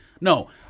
No